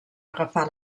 agafar